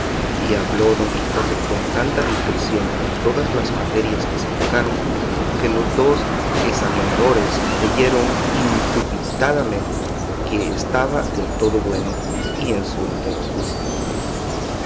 y habló don quijote con tanta discreción en todas las materias que se tocaron que los dos esaminadores creyeron indubitadamente que estaba del todo bueno y en su entero juicio